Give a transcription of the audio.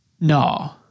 No